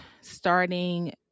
starting